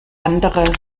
andere